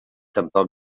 tampoc